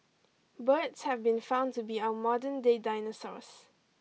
birds have been found to be our modernday dinosaurs